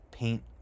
paint